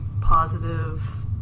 positive